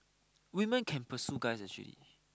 women can pursue guys actually